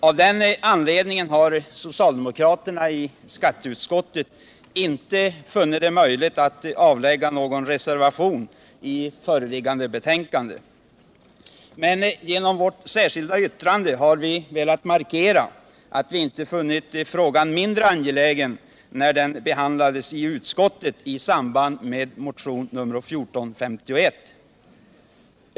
Av den anledningen har socialdemokraterna i skatteutskottet inte funnit det möjligt att avge någon reservation i föreliggande betänkande. Men genom vårt särskilda yttrande har vi velat markera att vi inte funnit frågan mindre angelägen än när den behandlades i utskottet i samband med motionen 1451.